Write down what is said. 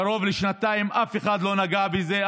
קרוב לשנתיים אף אחד לא נגע בזה,